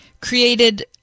Created